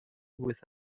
with